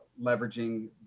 leveraging